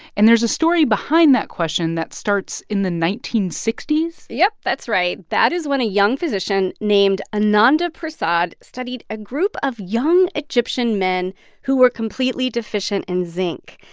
and there's a story behind that question that starts in the nineteen sixty s? yep, that's right. that is when a young physician named ananda prasad studied a group of young egyptian men who were completely deficient in zinc.